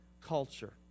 culture